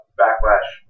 backlash